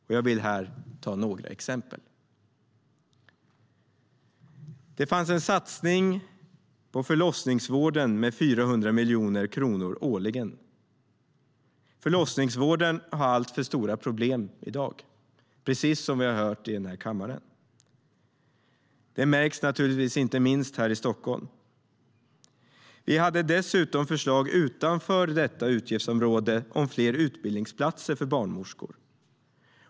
Låt mig ta upp några exempel. En satsning på förlossningsvården på 400 miljoner årligen fanns med. Förlossningsvården har alltför ofta problem i dag - precis som har hört i denna kammare. Det märks naturligtvis inte minst här i Stockholm. Vi hade dessutom förslag utanför utgiftsområdet om fler utbildningsplatser för barnmorskor.